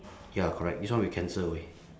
ya correct this one we cancel away